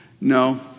No